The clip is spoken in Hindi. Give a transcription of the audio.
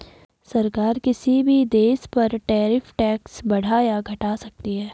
सरकार किसी भी देश पर टैरिफ टैक्स बढ़ा या घटा सकती है